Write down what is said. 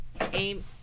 aim